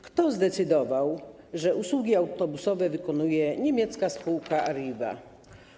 Kto zdecydował, że usługi autobusowe wykonuje niemiecka spółka Arriva?